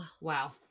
Wow